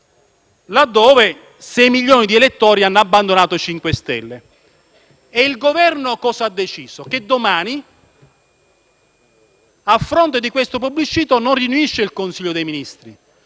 laddove sei milioni di elettori hanno abbandonato i 5 Stelle. E il Governo cosa ha deciso? Che domani, a fronte di questo plebiscito, non riunirà il Consiglio dei ministri